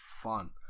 fun